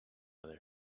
other